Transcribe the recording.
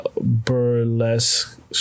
burlesque